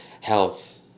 health